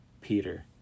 peter